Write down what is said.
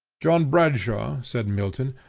john bradshaw, says milton,